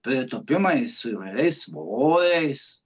pritūpimai su įvairiais svoriais